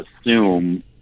assume